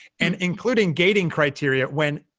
and including gating criteria when,